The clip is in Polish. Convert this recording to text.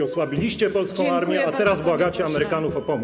Osłabiliście polską armię, a teraz błagacie Amerykanów o pomoc.